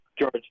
George